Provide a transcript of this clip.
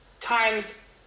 times